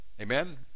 Amen